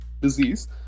disease